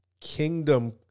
kingdom